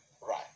right